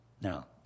Now